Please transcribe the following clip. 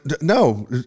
no